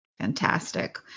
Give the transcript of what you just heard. Fantastic